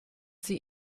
sie